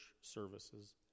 services